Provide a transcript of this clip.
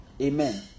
Amen